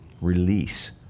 release